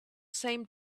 same